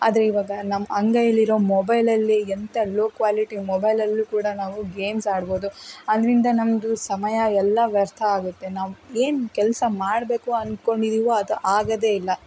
ಆದರೆ ಇವಾಗ ನಮ್ಮ ಅಂಗೈಲಿರೋ ಮೊಬೈಲಲ್ಲೇ ಎಂಥ ಲೋ ಕ್ವಾಲಿಟಿ ಮೊಬೈಲಲ್ಲೂ ಕೂಡ ನಾವು ಗೇಮ್ಸ್ ಆಡ್ಬೋದು ಅದರಿಂದ ನಮ್ಮದು ಸಮಯ ಎಲ್ಲ ವ್ಯರ್ಥ ಆಗತ್ತೆ ನಾವು ಏನು ಕೆಲಸ ಮಾಡಬೇಕು ಅನ್ಕೊಂಡಿದ್ದೀವೋ ಅದು ಆಗೋದೆ ಇಲ್ಲ